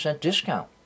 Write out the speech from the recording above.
discount